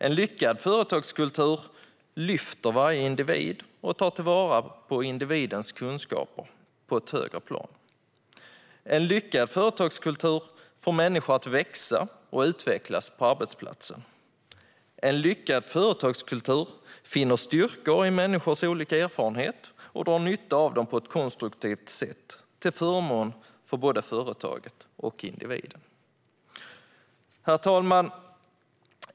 En lyckad företagskultur lyfter varje individ och tar till vara individens kunskaper på ett högre plan. En lyckad företagskultur får människor att växa och utvecklas på arbetsplatsen. En lyckad företagskultur finner styrkor i människors olika erfarenheter och drar nytta av dem på ett konstruktivt sätt till förmån för både företaget och individen. Herr talman!